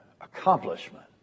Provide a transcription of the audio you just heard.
accomplishment